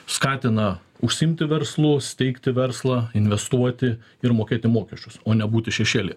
skatina užsiimti verslu steigti verslą investuoti ir mokėti mokesčius o nebūti šešėlyje